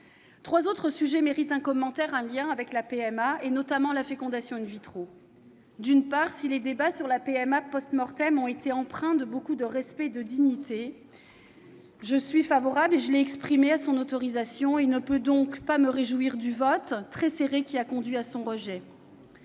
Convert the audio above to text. Trois autres sujets méritent un commentaire en lien avec la PMA, notamment la fécondation. Si les débats sur la PMA ont été empreints de beaucoup de respect et de dignité, je suis favorable, comme je l'ai exprimé, à son autorisation et ne peux donc pas me réjouir du vote, très serré, qui a conduit à son rejet.